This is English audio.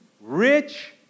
rich